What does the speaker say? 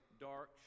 dark